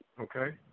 Okay